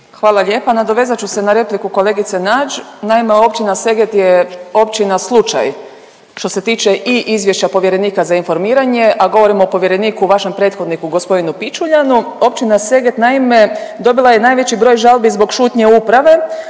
Hvala lijepa. Nadovezat ću se na repliku kolegice Nađ. Naime, općina Seget je općina slučaj što se tiče i Izvješća povjerenika za informiranje, a govorim o povjereniku, vašem prethodniku gospodinu Pićuljanu. Općina Seget naime dobila je najveći broj žalbi zbog šutnje uprave,